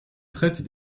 traite